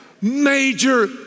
major